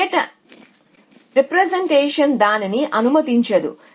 ఈ రీప్రెజెంటేషన్ దానిని అనుమతించదు